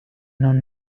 non